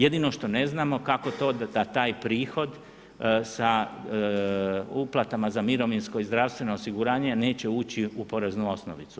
Jedino što ne znamo kako to da taj prihod sa uplata za mirovinsko i zdravstveno osiguranje neće ući u poreznu osnovicu.